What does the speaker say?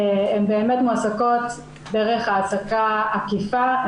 הן מועסקות דרך העסקה עקיפה,